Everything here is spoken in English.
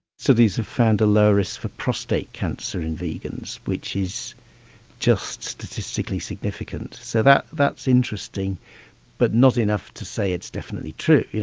so these have found a low risk for prostate cancer in vegans which is just statistically significant, so that's that's interesting but not enough to say it's definitely true, you